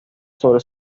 sobre